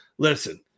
Listen